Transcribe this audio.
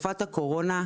תקופת הקורונה,